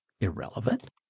irrelevant